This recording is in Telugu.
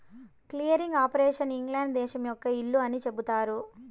క్లియరింగ్ ఆపరేషన్ ఇంగ్లాండ్ దేశం యొక్క ఇల్లు అని చెబుతారు